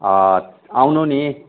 अँ आउनू नि